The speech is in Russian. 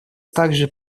также